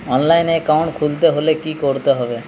অনলাইনে একাউন্ট খুলতে হলে কি করতে হবে?